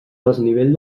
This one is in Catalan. desnivell